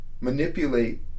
manipulate